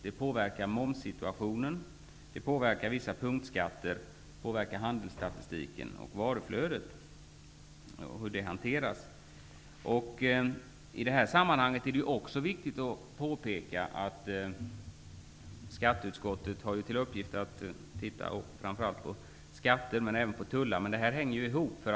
Detta påverkar momssituationen, vissa punktskatter, handelsstatistiken och hur varuflödet hanteras. I detta sammanhang är det också viktigt att påpeka att skatteutskottet har till uppgift att se över skatter och tullar. Men detta hänger ju ihop.